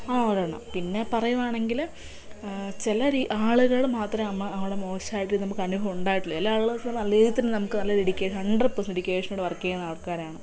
ആ ഒരെണ്ണം പിന്നെ പറയുവാണെങ്കിൽ ചില ആളുകൾ മാത്രം നമ്മൾ മോശമായിട്ട് നമുക്ക് അനുഭവം ഉണ്ടായിട്ടുള്ളു ചില ആളുകൾ നല്ല രീതി തന്നെ നമുക്ക് നല്ല ഡെഡിക്കേഷനാണ് ഹൺഡ്രഡ് പെർസെൻറ്റ് ഡെഡിക്കേഷനോടുകൂടി വർക്ക് ചെയ്യുന്ന ആൾക്കാരാണ്